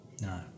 No